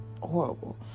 horrible